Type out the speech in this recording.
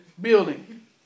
building